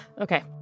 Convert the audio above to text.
Okay